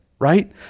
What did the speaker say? right